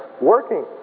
working